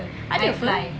ada [pe]